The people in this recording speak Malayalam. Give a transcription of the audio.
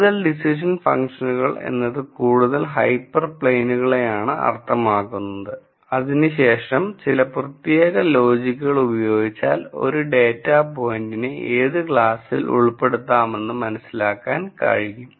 കൂടുതൽ ഡിസിഷൻ ഫംഗ്ഷനുകൾ എന്നത് കൂടുതൽ ഹൈപ്പർ പ്ലെയിനുകളെയാണ് അർത്ഥമാക്കുന്നത് അതിനുശേഷം ചില പ്രത്യേക ലോജിക്കുകൾ ഉപയോഗിച്ചാൽ ഒരു ഡാറ്റാ പോയിന്റിനെ ഏതു ക്ലാസ്സിൽ ഉൾപ്പെടുത്താമെന്ന് മനസ്സിലാക്കാൻ കഴിയും